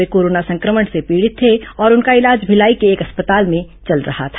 वे corona संक्रमण से पीड़ित थे और उनका इलाज भिलाई के एक अस्पताल में चल रहा था